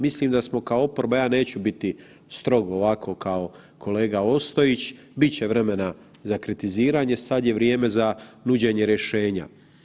Mislim da smo kao oporba, ja neću biti strog ovako kao kolega Ostojić, bit će vremena za kritiziranje, sad je vrijeme za nuđenje rješenja.